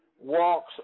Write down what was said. walks